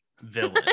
villain